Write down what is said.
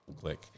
Click